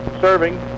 serving